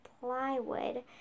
plywood